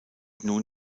nun